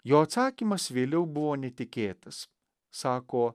jo atsakymas vėliau buvo netikėtas sako